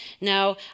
Now